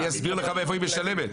אני אסביר לך מאיפה היא משלמת.